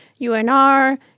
UNR